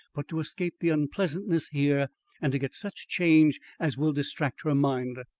but to escape the unpleasantness here and to get such change as will distract her mind.